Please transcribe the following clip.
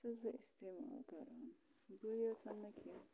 چھَس بہٕ اِستعمال کَران بٔے یٲژَن نہٕ کینٛہہ